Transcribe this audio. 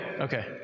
okay